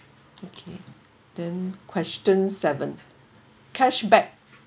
okay then question seven cashback